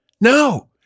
No